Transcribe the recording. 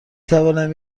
توانم